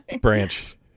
branch